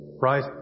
right